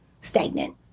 stagnant